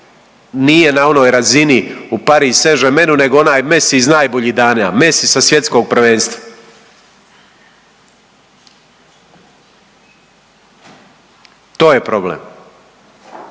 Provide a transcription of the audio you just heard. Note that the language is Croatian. nije na onoj razini u PSG, nego onaj Messi iz najboljih dana, Messi sa svjetskog prvenstva. To je problem.